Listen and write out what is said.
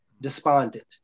despondent